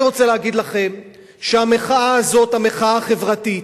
אני רוצה להגיד לכם שהמחאה הזאת, המחאה החברתית,